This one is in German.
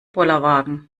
bollerwagen